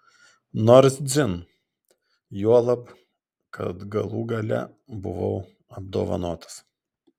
nors dzin juolab kad galų gale buvau apdovanotas